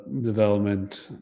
development